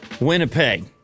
Winnipeg